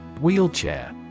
Wheelchair